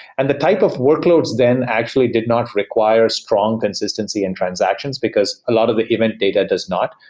and the type of workloads then actually did not require strong consistency in transactions, because a lot of the event data does not.